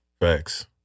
Facts